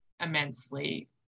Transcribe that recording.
immensely